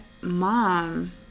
mom